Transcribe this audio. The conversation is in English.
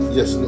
Yes